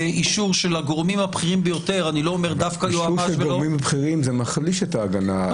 אישור של הגורמים הבכירים ביותר --- זה דווקא מחליש את ההגנה,